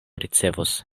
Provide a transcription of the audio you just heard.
ricevos